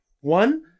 one